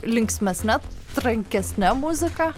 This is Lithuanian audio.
linksmesne trankesne muzika